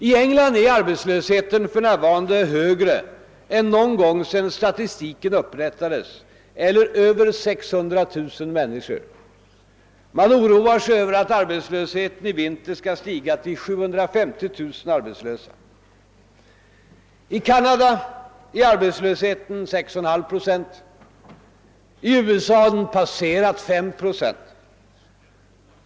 I England är antalet arbetslösa nu högre än någon gång sedan statistiken började upprättas, eller över 600 000 människor, och man oroar sig för att det i vinter skall stiga till 750 000 arbetslösa. I Canada är arbetslösheten 6,5 procent, och i USA har den passerat 5 procent.